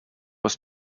was